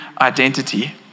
identity